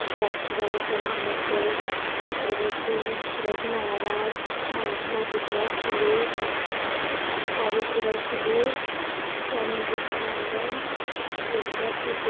doctor Babasaheb Ambedkar Chhatrapati Shivaji Maharaj Mahatma Jyotirao Phule Savitribai Phule Swami Vivekananda Jyotiba Phule